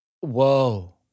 whoa